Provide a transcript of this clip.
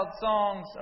songs